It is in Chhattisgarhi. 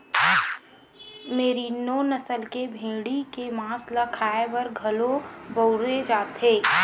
मेरिनों नसल के भेड़ी के मांस ल खाए बर घलो बउरे जाथे